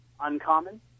uncommon